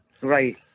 Right